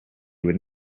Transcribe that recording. would